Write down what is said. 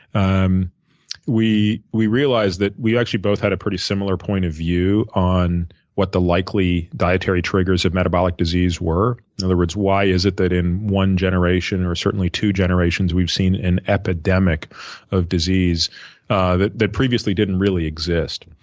um we we realized that we actually both had a pretty similar point of view on what the likely dietary triggers of metabolic disease were. in other words, why is it that in one generation or certainly two generations we've seen an epidemic of disease ah that that previously didn't really exist?